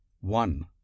One